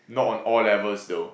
not on all levels though